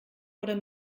oder